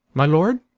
my lord.